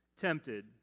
tempted